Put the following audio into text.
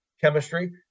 chemistry